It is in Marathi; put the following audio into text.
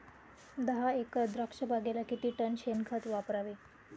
दहा एकर द्राक्षबागेला किती टन शेणखत वापरावे?